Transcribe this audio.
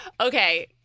Okay